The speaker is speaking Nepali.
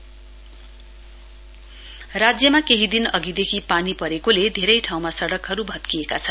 रोड डेमेज राज्यमा केहीदिनअघिदेखि पानी परेकोले धेरै ठाउँमा सड़कहरू भत्किएका छन्